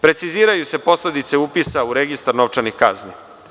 Preciziraju se posledice upisa u registar novčanih kazni.